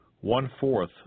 one-fourth